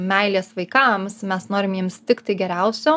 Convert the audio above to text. meilės vaikams mes norime jiems tiktai geriausio